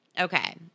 Okay